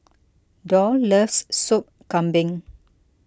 Doll loves Sop Kambing